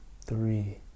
three